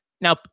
Now